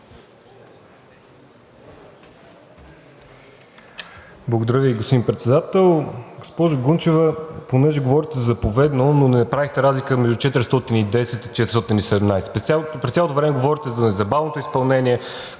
Благодаря Ви, господин Председател. Госпожо Гунчева, понеже говорите заповедно, но не правехте разлика между чл. 410 и чл. 417. През цялото време говорехте за незабавното изпълнение,